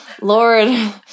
Lord